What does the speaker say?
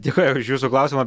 dėkoju už jūsų klausimą